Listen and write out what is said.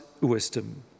wisdom